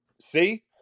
see